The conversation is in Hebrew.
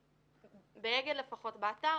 באגד לפחות באתר,